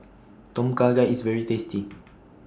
Tom Kha Gai IS very tasty